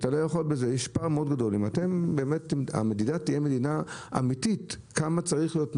אם המדידה תהיה אמיתית כמה צריך להיות המתח,